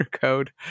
code